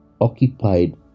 occupied